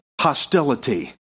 hostility